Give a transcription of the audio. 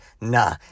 nah